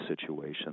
situation